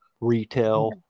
retail